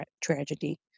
tragedy